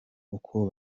uko